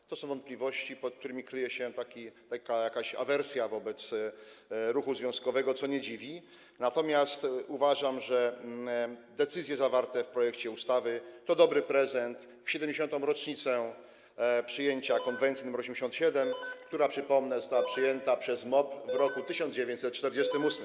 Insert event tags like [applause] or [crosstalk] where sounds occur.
Są to wątpliwości, za którymi kryje się taka jakaś awersja do ruchu związkowego, co nie dziwi, natomiast uważam, że decyzje zawarte w projekcie ustawy to dobry prezent w 70. rocznicę przyjęcia konwencji nr 87, która, przypomnę, została przyjęta przez MOP [noise] w roku 1948.